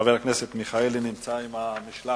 חבר הכנסת מיכאלי נמצא עם המשלחת